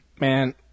Man